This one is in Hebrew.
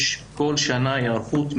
יש כל שנה היערכות מאוד,